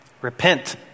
Repent